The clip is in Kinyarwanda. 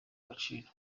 agaciro